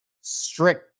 strict